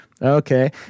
Okay